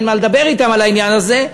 אין מה לדבר אתם על העניין הזה,